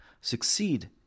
succeed